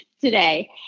today